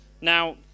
Now